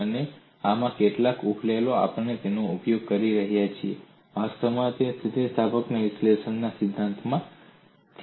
અને આમાંના કેટલાક ઉકેલો આપણે તેનો ઉપયોગ કરી રહ્યા છીએ અને વાસ્તવમાં તે સ્થિતિસ્થાપકતા વિશ્લેષણના સિદ્ધાંતમાંથી આવે છે